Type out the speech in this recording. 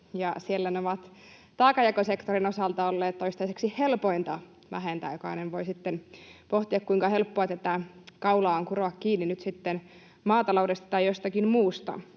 siellä ne ovat taakanjakosektorin osalta olleet toistaiseksi helpoimpia vähentää. Jokainen voi sitten pohtia, kuinka helppoa tätä kaulaa on kuroa kiinni nyt sitten maataloudesta tai jostakin muusta.